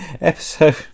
episode